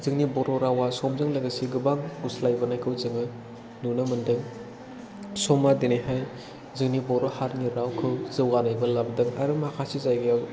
जोंनि बर' रावआ समजों लोगोसे गोबां गुस्लायबोनायखौ जोङो नुनो मोनदों समआ दिनैहाय जोंनि बर' हारिनि रावखौ जौगानायबो लाबोदों आरो माखासे जायगायाव